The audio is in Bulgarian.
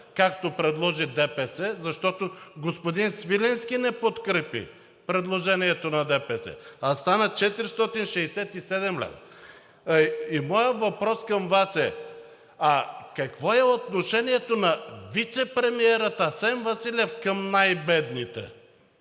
както предложи ДПС, защото господин Свиленски не подкрепи предложението на ДПС, а стана 467 лв. Моят въпрос към Вас е: какво е отношението на вицепремиера Асен Василев към най-бедните